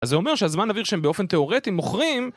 אז זה אומר שהזמן אויר שהם באופן תיאורטי מוכרים.